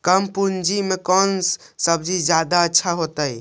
कम पूंजी में कौन सब्ज़ी जादा अच्छा होतई?